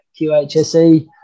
QHSE